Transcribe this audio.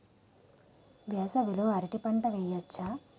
వేసవి లో అరటి పంట వెయ్యొచ్చా?